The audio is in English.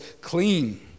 clean